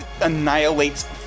annihilates